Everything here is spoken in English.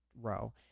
row